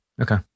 Okay